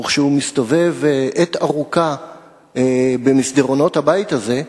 וכשהוא מסתובב עת ארוכה במסדרונות הבית הזה,